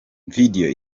video